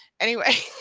anyway,